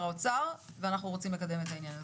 האוצר ואנחנו רוצים לקדם את העניין הזה.